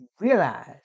realize